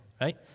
Right